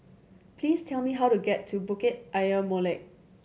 please tell me how to get to Bukit Ayer Molek